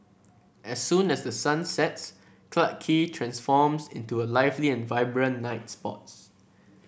as soon as the sun sets Clarke Quay transforms into a lively and vibrant night spots